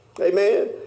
Amen